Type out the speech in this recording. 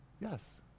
Yes